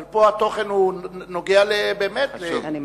אבל פה התוכן נוגע באמת, אני מסכימה.